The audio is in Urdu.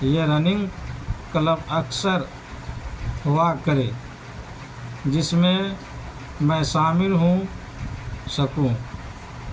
یہ رننگ کلب اکثر ہوا کرے جس میں میں شامل ہو سکوں